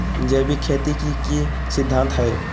जैविक खेती के की सिद्धांत हैय?